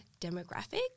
demographic